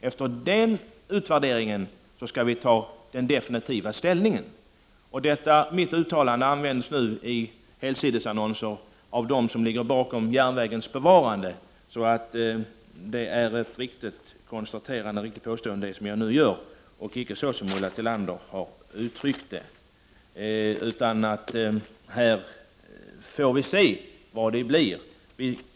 Efter den utvärderingen skall vi ta ställning definitivt. Detta mitt uttalande används nu i helsidesannonser av dem som står bakom järnvägens bevarande. Det är ett riktigt konstaterande, till skillnad från det Ulla Tillander har uttryckt. Vi får se hur det blir med detta.